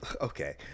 Okay